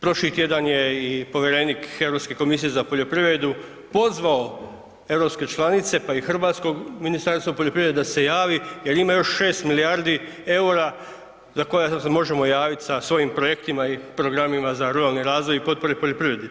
Prošli tjedan je i povjerenik Europske komisije za poljoprivredu pozvao europske članice pa i hrvatsko Ministarstvo poljoprivrede da se javi jer ima još 6 milijardi eura za koja se možemo javiti sa svojim projektima i programima za ruralni razvoj i potpore poljoprivredi.